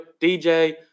DJ